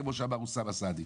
כפי שאמר אוסאמה סעדי.